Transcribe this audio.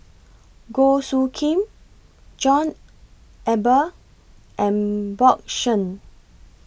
Goh Soo Khim John Eber and Bjorn Shen